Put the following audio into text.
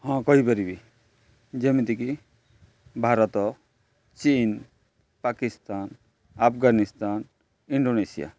ହଁ କହିପାରିବି ଯେମିତିକି ଭାରତ ଚୀନ ପାକିସ୍ତାନ ଆଫଗାନିସ୍ତାନ ଇଣ୍ଡୋନେସିଆ